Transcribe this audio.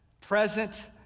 present